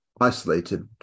isolated